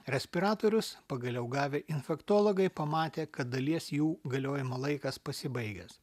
respiratorius pagaliau gavę infektologai pamatė kad dalies jų galiojimo laikas pasibaigęs